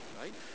Right